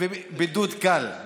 בידוד קל.